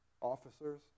Officers